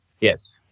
Yes